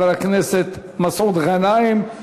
חבר הכנסת מסעוד גנאים,